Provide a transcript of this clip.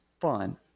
fun